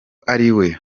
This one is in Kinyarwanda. ariwe